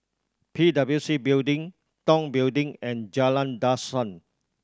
P W C Building Tong Building and Jalan Dusan